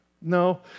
No